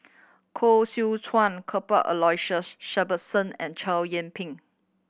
Koh Seow Chuan Cuthbert Aloysius Shepherdson and Chow Yian Ping